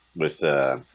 with a